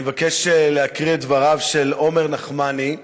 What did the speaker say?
אני מבקש להקריא את דבריו של עומר נחמני,